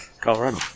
Colorado